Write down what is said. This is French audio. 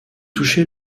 touché